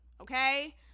okay